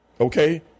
Okay